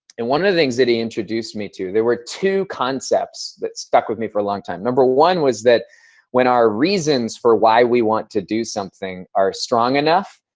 and one of the things that he introduced me to, there were two concepts that stuck with me for long time. number one was that when our reasons for why we want to do something are strong enough,